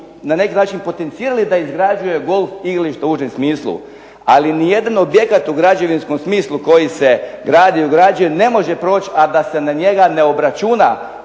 na neki način potencirali da izgrađuje golf igrališta u užem smislu, ali ni jedan objekat u građevinskom smislu koji se gradi i ograđuje ne može proći a da se na njega ne obračuna